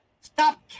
stop